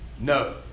No